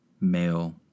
male